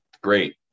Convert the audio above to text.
Great